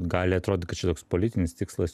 gali atrodyt kad čia toks politinis tikslas